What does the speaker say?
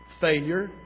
Failure